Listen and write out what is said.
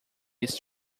his